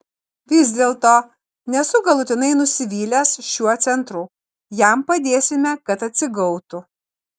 vis dėlto nesu galutinai nusivylęs šiuo centru jam padėsime kad atsigautų